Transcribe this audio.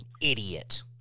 idiot